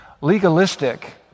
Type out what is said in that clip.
Legalistic